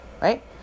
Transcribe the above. right